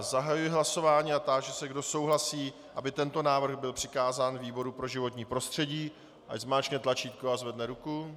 Zahajuji hlasování a táži se, kdo souhlasí, aby tento návrh byl přikázán výboru pro životní prostředí, ať zmáčkne tlačítko a zvedne ruku.